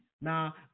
Now